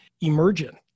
emergent